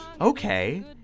okay